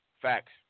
Facts